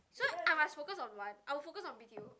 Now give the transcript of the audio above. so I must focus on one I'll focus on B_T_O